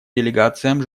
делегациям